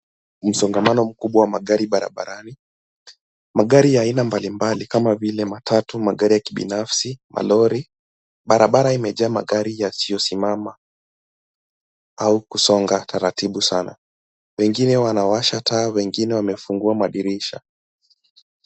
Msongamano mkubwa wa magari barabarani. Magari ya aina mbalimbali kama vile matatu, magari ya kibinafsi, malori. Barabara imejaa magari yasiyosimama au kusonga taratibu sana. Wengine wanawasha taa wengine wamefungua madirisha.